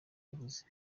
yavuze